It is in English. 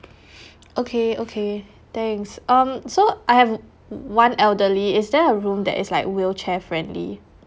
okay okay thanks um so I have one elderly is there a room that is like wheelchair friendly